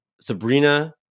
Sabrina